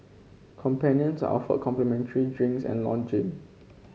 companions are offered complimentary drinks and lodging